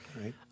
Right